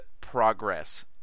Progress